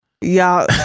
y'all